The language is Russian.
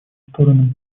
сторонам